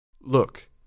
Look